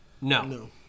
No